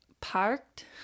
parked